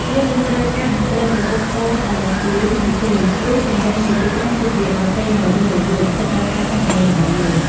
យើងមិនត្រូវការតន្ត្រីប្រគំផ្ទាល់ដ៏ពិរោះនោះទេ ព្រោះសម្លេងនៃទីក្រុង គឺជាបទភ្លេងដ៏រស់រវើកសម្រាប់ការសន្ទនារបស់យើង។